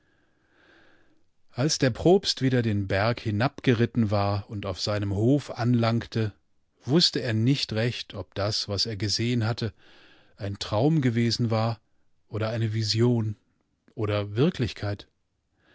als der propst wieder den berg hinabgeritten war und auf seinem hof anlangte wußte er nicht recht ob das was er gesehen hatte ein traum gewesen war oder eine vision oder wirklichkeit